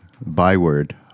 byword